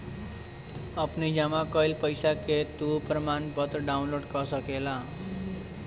अपनी जमा कईल पईसा के तू प्रमाणपत्र डाउनलोड कअ सकेला